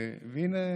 והינה,